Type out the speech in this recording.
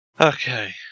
Okay